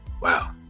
Wow